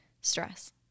stress